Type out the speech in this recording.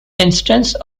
instance